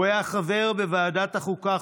הוא היה חבר בוועדות החוקה,